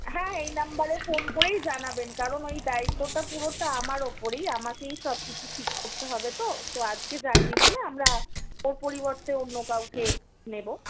হ্যাঁ এই নাম্বারে ফোন করেই জানাবেন কারণ ওই দায়িত্বটা পুরোটা আমার ওপরেই আমাকেই সবকিছু ঠিক করতে হবে তো তো আজকে জানিয়ে দিলে আমরা ওর পরিবর্তে অন্য কাউকে নেবো